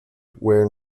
where